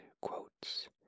quotes